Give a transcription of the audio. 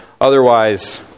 Otherwise